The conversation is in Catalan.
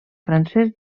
francès